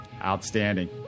outstanding